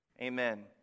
Amen